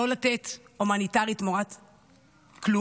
לא לתת הומניטרי תמורת כלום,